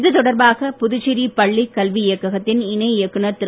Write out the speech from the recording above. இது தொடர்பாக புதுச்சேரி பள்ளி கல்வி இயக்ககத்தின் இணை இயக்குநர் திரு